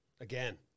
again